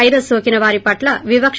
virus నోకిన వారి పట్ల వివక